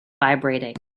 vibrating